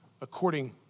according